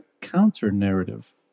counter-narrative